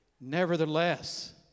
Nevertheless